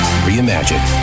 Reimagine